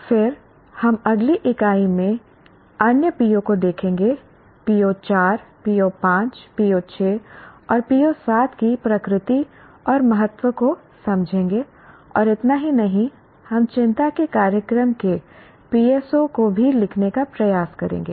फिर हम अगली इकाई के अन्य PO को देखेंगे PO 4 PO 5 PO 6 और PO 7 की प्रकृति और महत्व को समझेंगे और इतना ही नहीं हम चिंता के कार्यक्रम के PSO को भी लिखने का प्रयास करेंगे